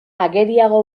ageriago